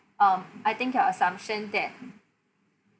um I think your assumption that